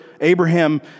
Abraham